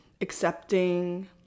accepting